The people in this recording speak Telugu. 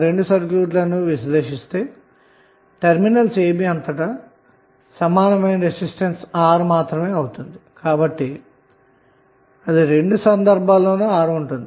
ఈ రెండు సర్క్యూట్ లను విశ్లేషిస్తే టెర్మినల్స్ ab అంతటా ఈక్వివలెంట్ రెసిస్టెన్స్ R మాత్రమే అవుతుంది అని మనం చూడచ్చు